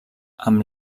amb